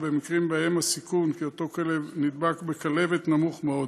במקרים שבהם הסיכון שאותו כלב נדבק בכלבת נמוך מאוד,